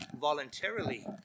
voluntarily